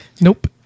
nope